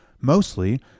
mostly